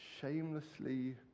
Shamelessly